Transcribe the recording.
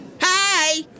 Hi